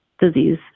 disease